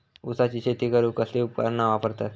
ऊसाची शेती करूक कसली उपकरणा वापरतत?